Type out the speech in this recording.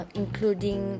including